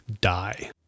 die